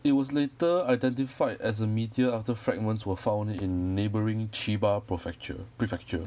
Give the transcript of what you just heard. it was later identified as a meteor after fragments were found in neighbouring chiba profecture prefecture